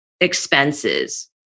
expenses